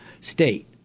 state